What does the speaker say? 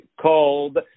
called